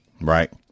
right